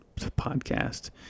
podcast